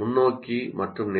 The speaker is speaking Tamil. முன்னோக்கி மற்றும்